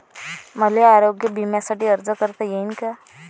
मले आरोग्य बिम्यासाठी अर्ज करता येईन का?